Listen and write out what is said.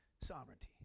sovereignty